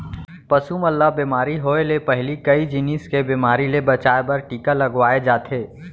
पसु मन ल बेमारी होय ले पहिली कई जिनिस के बेमारी ले बचाए बर टीका लगवाए जाथे